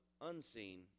unseen